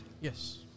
Yes